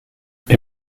les